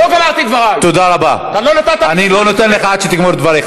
לא יעלה על הדעת שקשישים ששילמו ביטוח סיעודי במשך